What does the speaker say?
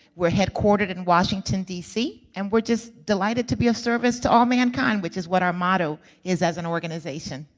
we're headquartered in washington, d c, and we're just delighted to be of service to all mankind, which is what our motto is as an organization.